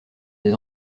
des